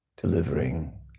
delivering